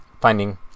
finding